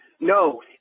no –